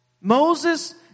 Moses